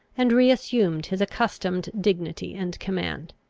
and re-assumed his accustomed dignity and command.